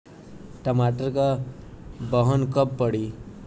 टमाटर क बहन कब पड़ी?